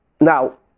Now